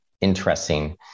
interesting